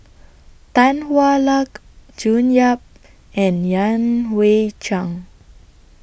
Tan Hwa Luck June Yap and Yan Hui Chang